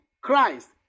Christ